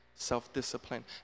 self-discipline